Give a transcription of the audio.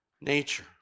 nature